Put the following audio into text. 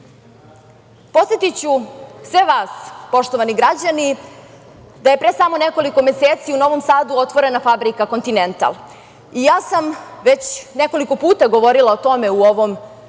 tako. Podsetiću sve vas, poštovani građani, da je pre samo nekoliko meseci u Novom Sadu otvorena fabrika „Kontinetal“ i ja sam već nekoliko puta govorila o tome u ovom visokom